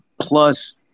plus